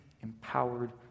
empowered